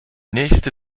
nächste